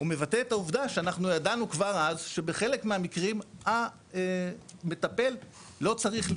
הוא מבטא את העובדה שאנחנו ידענו כבר אז שבחלק מהמקרים המטפל לא צריך,